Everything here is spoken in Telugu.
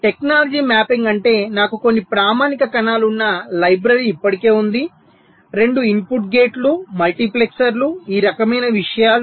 టెక్నాలజీ మ్యాపింగ్ అంటే నాకు కొన్ని ప్రామాణిక కణాలు ఉన్న లైబ్రరీ ఇప్పటికే ఉంది రెండు ఇన్పుట్ గేట్లు మల్టీప్లెక్సర్లు ఈ రకమైన విషయాలు